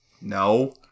no